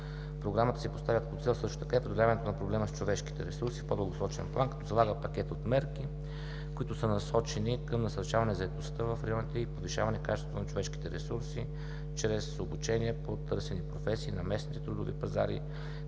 Програмата си поставя като цел и преодоляването на проблема с човешките ресурси в по-дългосрочен план, като залага пакет от мерки, които са насочени към насърчаване на заетостта в районите и повишаване качеството на човешките ресурси чрез обучения по търсени професии на местните трудови пазари,